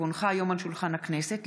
כי הונחו היום על שולחן הכנסת,